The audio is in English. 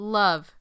love